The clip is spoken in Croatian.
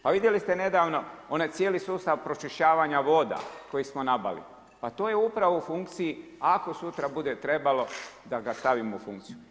Pa vidjeli ste nedavno onaj cijeli sustav pročišćavanja voda koji smo nabavili, pa to je upravo u funkciji ako bude sutra trebalo da ga stavimo u funkciju.